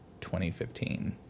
2015